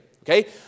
okay